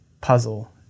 puzzle